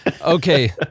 Okay